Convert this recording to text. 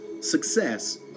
success